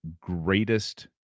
Greatest